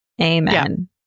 Amen